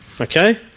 okay